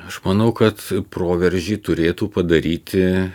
aš manau kad proveržį turėtų padaryti